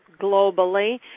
globally